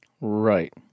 Right